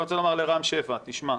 אני רוצה לומר לרם שפע, תשמע,